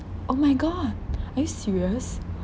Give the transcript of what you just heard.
oh my god are you serious